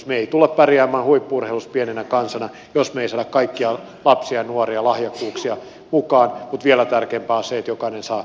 me emme tule pärjäämään huippu urheilussa pienenä kansana jos me emme saa kaikkia lapsia ja nuoria lahjakkuuksia mukaan mutta vielä tärkeämpää on se että jokainen saa liikunnallisen elämäntavan